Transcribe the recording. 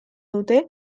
dute